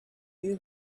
you